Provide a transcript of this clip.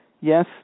Yes